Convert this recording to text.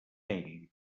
ell